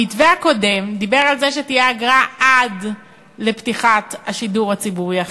המתווה הקודם דיבר על זה שתהיה אגרה עד לפתיחת השידור הציבורי החדש,